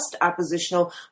oppositional